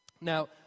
Now